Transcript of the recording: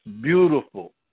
beautiful